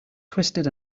twisted